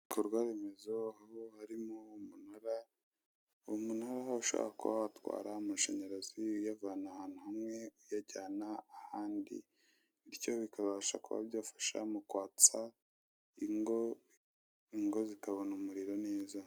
Ibikorwa remezo aho harimo umunara, umunara ushobora kuba watwara amashanyarazi uyavana ahantu hamwe uyajyana ahandi, bityo bikabasha kuba byafasha mu kwatsa ingo, ingo zikabona umuriro neza.